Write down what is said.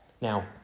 Now